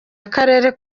akarere